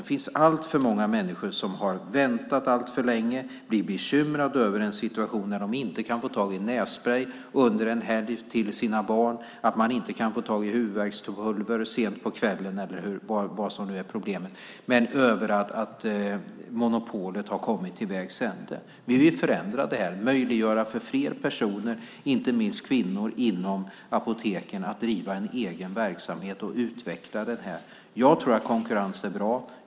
Det finns alltför många människor som har väntat alltför länge, blivit bekymrade över en situation där de kanske inte fått tag på nässprej under en helg till sina barn eller huvudvärkspulver sent på kvällen, eller vad det nu är som är problemet. Men över allt: Monopolet har kommit till vägs ände. Vi vill förändra det här och möjliggöra för fler personer, inte minst för kvinnor inom apoteken, att driva egen verksamhet och utveckla den. Jag tror att konkurrens är bra.